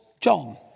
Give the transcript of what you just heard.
John